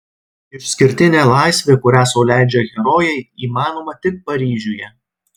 išskirtinė laisvė kurią sau leidžia herojai įmanoma tik paryžiuje